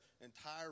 entire